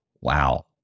Wow